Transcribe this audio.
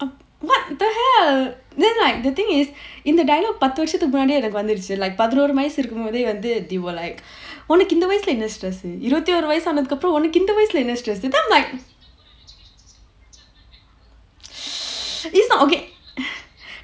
what the hell then like the thing is in the இந்த:intha dialogue பத்து வருஷத்துக்கு முன்னாடியே எனக்கு வந்துருச்சு பதினோரு வயசு இருக்கும் போதே வந்து:pathu varushathukku munnaadiyae enakku vanthuruchu pathinoru vayasu irukkum pothae vanthu then I'm like உனக்கு இந்த வயசுலயே என்ன:uankku intha vauasulayae enna stress இருபத்தி ஒரு வயசு ஆனதுக்கு அப்புறம் உனக்கு இந்த வயசுலயே என்ன:irupathi oru vayasu aanathukku appuram uankku intha vayasulayae enna stress it's not okay